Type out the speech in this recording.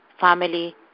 family